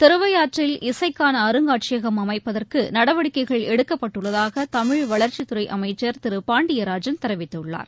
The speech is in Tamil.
திருவையாற்றில் இசைக்கானஅருங்காட்சியகம் அமைப்பதற்குநடவடிக்கைகள் எடுக்கப்பட்டுள்ளதாகதமிழ் வளர்ச்சித் துறைஅமைச்சர் திருபாண்டியராஜன் தெரிவித்துள்ளார்